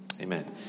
amen